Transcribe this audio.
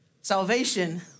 Salvation